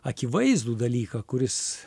akivaizdų dalyką kuris